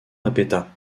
répéta